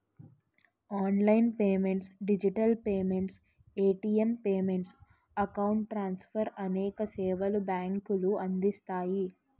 online payments digital payments, ATM payments, account transfer అనేక సేవలు బ్యాంకులు అందిస్తాయి